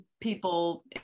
people